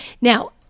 Now